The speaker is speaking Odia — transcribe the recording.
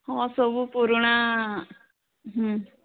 ହଁ ସବୁ ପୁରୁଣା ହୁଁ